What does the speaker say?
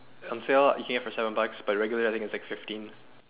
on sale you can get for seven bucks but regular is like fifteen